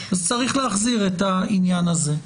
אז צריך להחזיר את העניין הזה.